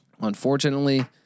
Unfortunately